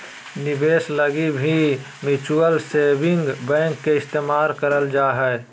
निवेश लगी भी म्युचुअल सेविंग बैंक के इस्तेमाल करल जा हय